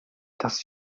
das